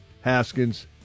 Haskins